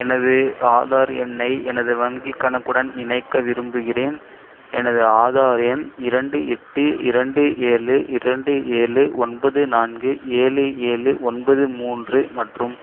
எனது ஆதார் எண்ணை எனது வங்கிக் கணக்குடன் இணைக்க விரும்புகிறேன் எனது ஆதார் எண் இரண்டு எட்டு இரண்டு ஏழு இரண்டு ஏழு ஒன்பது நான்கு ஏழு ஏழு ஒன்பது மூன்று மற்றும்